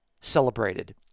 celebrated